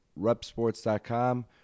RepSports.com